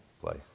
place